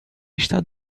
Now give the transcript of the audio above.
está